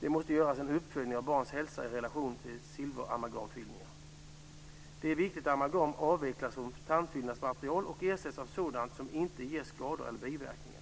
Det måste göras en uppföljning av barns hälsa i relation till silveramalgamfyllningar. Det är viktigt att amalgam avvecklas som tandfyllnadsmaterial och ersätts av sådant som inte ger skador eller biverkningar.